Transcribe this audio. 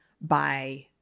by-